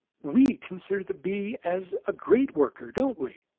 we consider the bee as a great worker, don't we?